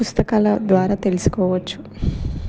పుస్తకాల ద్వారా తెలుసుకోవచ్చు